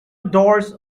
doors